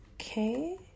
Okay